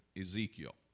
Ezekiel